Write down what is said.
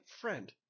friend